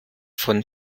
von